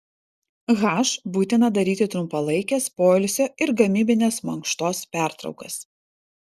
h būtina daryti trumpalaikes poilsio ir gamybinės mankštos pertraukas